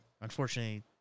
Unfortunately